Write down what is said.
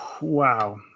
Wow